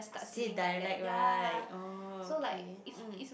say dialect right orh okay mm